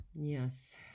Yes